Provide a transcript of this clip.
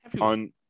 On